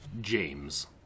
James